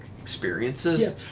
experiences